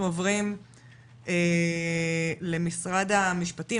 עוברים למשרד המשפטים,